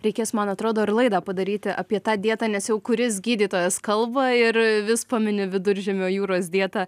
reikės man atrodo ir laidą padaryti apie tą dietą nes jau kuris gydytojas kalba ir vis pamini viduržemio jūros dietą